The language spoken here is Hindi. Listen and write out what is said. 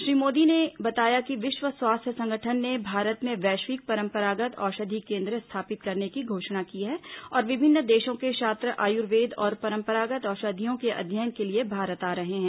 श्री मोदी ने बताया कि विश्व स्वास्थ्य संगठन ने भारत में वैश्विक परंपरागत औषधि केंद्र स्थापित करने की घोषणा की है और विभिन्न देशों के छात्र आयुर्वेद और परंपरागत औषधियों के अध्ययन के लिए भारत आ रहे हैं